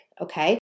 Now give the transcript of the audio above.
okay